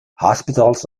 hospitals